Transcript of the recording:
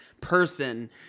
person